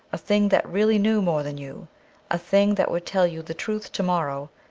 a thing that really knew more than you a thing that would tell you the truth to-morrow,